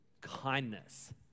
kindness